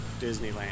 Disneyland